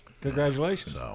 Congratulations